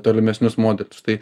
tolimesnius modelius tai